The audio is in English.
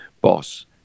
boss